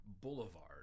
Boulevard